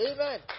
Amen